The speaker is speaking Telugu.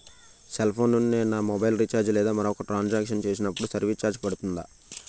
సెల్ ఫోన్ నుండి నేను నా మొబైల్ రీఛార్జ్ లేదా మరొక ట్రాన్ సాంక్షన్ చేసినప్పుడు సర్విస్ ఛార్జ్ పడుతుందా?